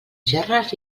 gerres